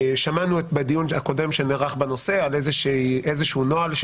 בדיון הקודם שנערך בנושא שמענו על איזשהו נוהל של